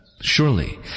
Surely